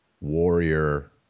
warrior